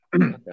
okay